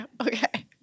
okay